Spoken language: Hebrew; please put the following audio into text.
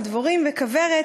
על דבורים וכוורת,